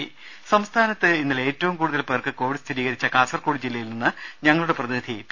രുമ സംസ്ഥാനത്ത് ഇന്നലെ ഏറ്റവും കൂടുതൽ പേർക്ക് കോവിഡ് സ്ഥിരീകരിച്ച കാസർകോട് ജില്ലയിൽ നിന്ന് ഞങ്ങളുടെ പ്രതിനിധി പി